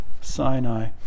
Sinai